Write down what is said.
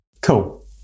cool